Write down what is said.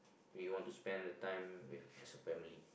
we want to spend the time with our family